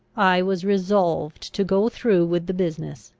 i was resolved to go through with the business,